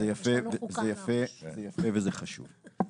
זה יפה וזה חשוב.